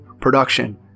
production